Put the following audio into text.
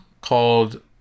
called